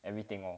everything ah